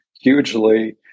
hugely